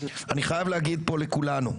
אני חייב להגיד פה לכולנו,